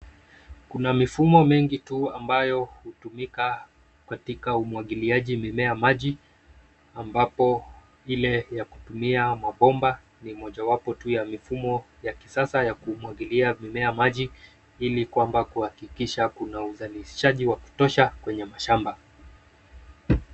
Kuna mifumo mingi tu ambayo hutumika katika umwagiliaji mimea maji ambapo ile ya kutumia mabomba ni moja wapo ya mifumo ya kisasa ya kumwagilia mimea maji ili kwamba kuhakukisha kuna uzalishaji wa kutosha kwenye mashamba.